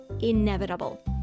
inevitable